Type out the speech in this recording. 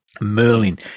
Merlin